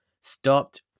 stopped